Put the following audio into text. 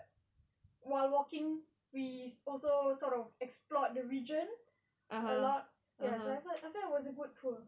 while walking we also sort of explored the region a lot yes I felt I felt it was a good tour